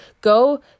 Go